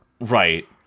Right